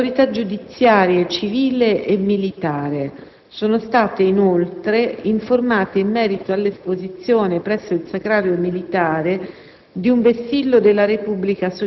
Le autorità giudiziarie civile e militare sono state, inoltre, informate in merito all'esposizione presso il Sacrario militare